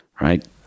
Right